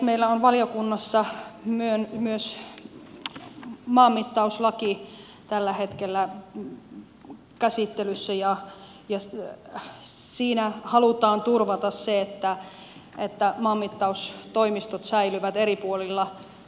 meillä on valiokunnassa myös maanmittauslaki tällä hetkellä käsittelyssä ja siinä halutaan turvata se että maanmittaustoimistot säilyvät eri puolilla suomea